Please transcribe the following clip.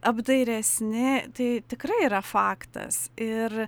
apdairesni tai tikrai yra faktas ir